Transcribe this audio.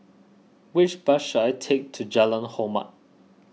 which bus should I take to Jalan Hormat